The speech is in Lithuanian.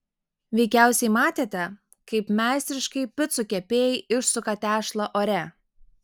veikiausiai matėte kaip meistriškai picų kepėjai išsuka tešlą ore